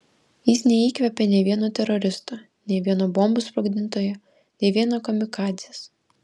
jis neįkvepia nė vieno teroristo nė vieno bombų sprogdintojo nė vieno kamikadzės